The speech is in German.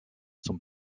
zum